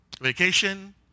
Vacation